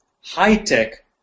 high-tech